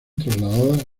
trasladadas